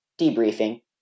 debriefing